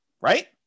Right